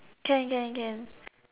can can can